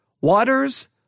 waters